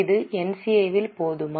இது NCA இல் போகுமா